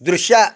ದೃಶ್ಯ